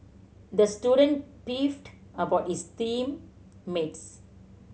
the student beefed about his team mates